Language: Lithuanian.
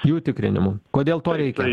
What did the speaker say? jų tikrinimu kodėl to reikia